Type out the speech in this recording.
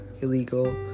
illegal